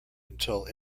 until